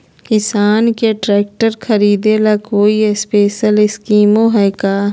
किसान के ट्रैक्टर खरीदे ला कोई स्पेशल स्कीमो हइ का?